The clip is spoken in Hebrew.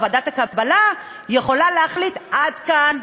ועדת הקבלה יכולה להחליט: עד כאן,